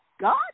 God